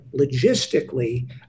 logistically